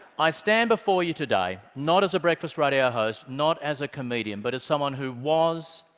i stand before you today not as a breakfast radio host, not as a comedian, but as someone who was,